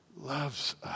loves